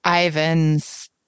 Ivan's